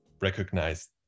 recognized